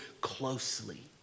closely